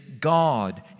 God